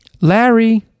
larry